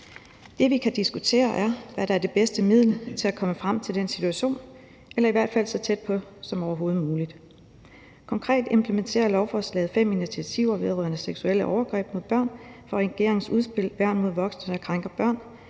Det, vi kan diskutere, er, hvad der er det bedste middel til at komme frem til den situation eller i hvert fald så tæt på som overhovedet muligt. Konkret implementerer lovforslaget fem initiativer vedrørende seksuelle overgreb mod børn fra regeringens udspil »Værn mod voksne der krænker børn«